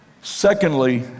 Secondly